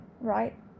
right